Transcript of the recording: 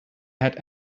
had